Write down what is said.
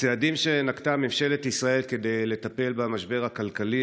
הצעדים שנקטה ממשלת ישראל כדי לטפל במשבר הכלכלי